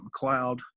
McLeod